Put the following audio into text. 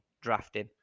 drafting